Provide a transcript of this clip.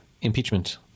impeachment